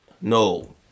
no